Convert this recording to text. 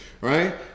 right